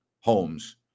homes